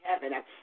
heaven